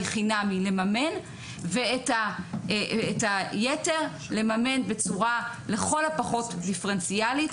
חינם לממן ואת היתר לממן בצורה לכל הפחות דיפרנציאלית.